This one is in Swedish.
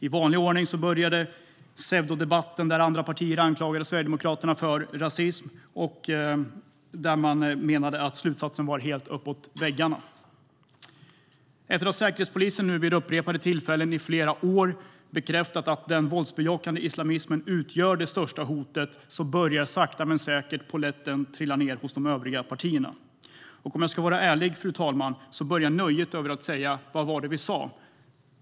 I vanlig ordning började pseudodebatten där andra partier anklagade Sverigedemokraterna för rasism och sa att slutsatsen var helt uppåt väggarna. Efter att Säkerhetspolisen vid upprepade tillfällen under flera år bekräftat att den våldsbejakande islamismen utgör det största hotet börjar sakta men säkert polletten trilla ned hos de övriga partierna. Om jag ska vara ärlig, fru talman, börjar nöjet att säga "Vad var det vi sa?"